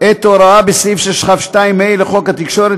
את ההוראה בסעיף 6כ2(ה) לחוק התקשורת,